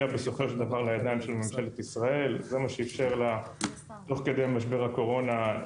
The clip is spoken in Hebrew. זה מה שאיפשר לה תוך כדי משבר הקורונה בעצם לחלק את הכספים שהיא חילקה.